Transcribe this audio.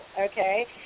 okay